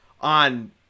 on